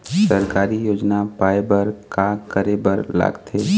सरकारी योजना पाए बर का करे बर लागथे?